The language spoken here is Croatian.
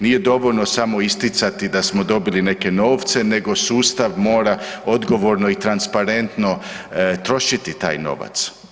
Nije dovoljno samo isticati da smo dobili neke novce nego sustav mora odgovorno i transparentno trošiti taj novac.